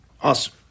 awesome